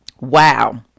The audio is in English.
wow